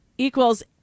Equals